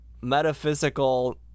metaphysical